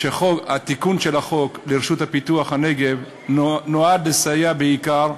שהתיקון של חוק הרשות לפיתוח הנגב נועד לסייע בעיקר,